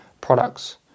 products